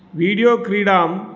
video क्रीडां